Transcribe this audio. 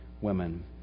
women